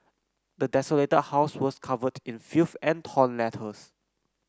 the desolated house was covered in filth and torn letters